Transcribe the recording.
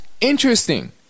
interesting